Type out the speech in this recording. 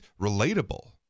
relatable